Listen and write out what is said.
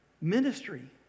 Ministry